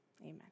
Amen